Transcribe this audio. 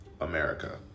America